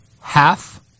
half